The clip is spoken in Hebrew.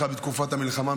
בתקופת המלחמה,